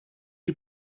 you